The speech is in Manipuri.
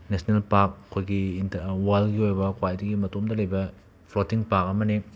ꯅꯦꯁꯅꯦꯜ ꯄꯥꯛ ꯑꯩꯈꯣꯏꯒꯤ ꯏꯟꯇ ꯋꯜꯒꯤ ꯑꯣꯏꯕ ꯈ꯭ꯋꯥꯏꯗꯒꯤ ꯃꯇꯣꯝꯗ ꯂꯩꯕ ꯐ꯭ꯂꯣꯇꯤꯡ ꯄꯥꯛ ꯑꯃꯅꯤ